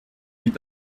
mit